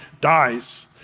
dies